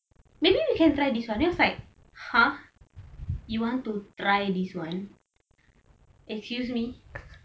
maybe we can try this [one] then I was like ha you want to try this [one] excuse me